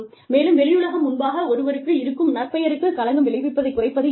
மேலும் வெளியுலகம் முன்பாக ஒருவருக்கு இருக்கும் நற்பெயருக்குக் களங்கம் விளைவிப்பதை குறைப்பது எப்படி